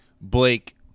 Blake